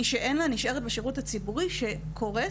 ומי שאין לה נשארת בשירות הציבורי שקורס.